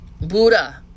Buddha